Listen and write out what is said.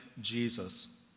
Jesus